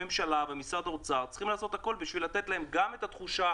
הממשלה ומשרד האוצר צריכים לעשות הכול כדי לתת להם גם את התחושה